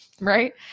Right